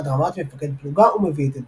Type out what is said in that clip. עד רמת מפקד פלוגה, ומביא את עדותם.